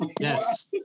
Yes